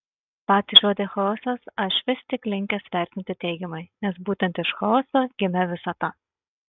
patį žodį chaosas aš vis tik linkęs vertinti teigiamai nes būtent iš chaoso gimė visata